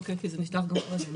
אוקיי, כי זה נשלח גם קודם.